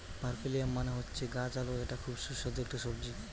পার্পেলিয়াম মানে হচ্ছে গাছ আলু এটা খুব সুস্বাদু একটা সবজি